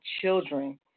children